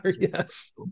yes